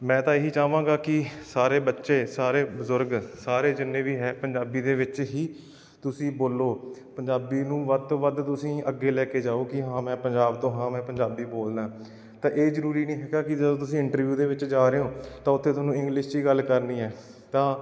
ਮੈਂ ਤਾਂ ਇਹੀ ਚਾਹਾਂਗਾ ਕਿ ਸਾਰੇ ਬੱਚੇ ਸਾਰੇ ਬਜ਼ੁਰਗ ਸਾਰੇ ਜਿੰਨੇ ਵੀ ਹੈ ਪੰਜਾਬੀ ਦੇ ਵਿੱਚ ਹੀ ਤੁਸੀਂ ਬੋਲੋ ਪੰਜਾਬੀ ਨੂੰ ਵੱਧ ਤੋਂ ਵੱਧ ਤੁਸੀਂ ਅੱਗੇ ਲੈ ਕੇ ਜਾਓ ਕਿ ਹਾਂ ਮੈਂ ਪੰਜਾਬ ਤੋਂ ਹਾਂ ਮੈਂ ਪੰਜਾਬੀ ਬੋਲਦਾ ਤਾਂ ਇਹ ਜ਼ਰੂਰੀ ਨਹੀਂ ਹੈਗਾ ਕਿ ਜਦੋਂ ਤੁਸੀਂ ਇੰਟਰਵਿਊ ਦੇ ਵਿੱਚ ਜਾ ਰਹੇ ਹੋ ਤਾਂ ਉੱਥੇ ਤੁਹਾਨੂੰ ਇੰਗਲਿਸ਼ 'ਚ ਗੱਲ ਕਰਨੀ ਹੈ ਤਾਂ